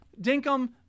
dinkum